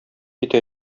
китә